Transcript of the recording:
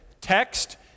text